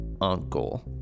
uncle